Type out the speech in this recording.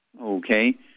okay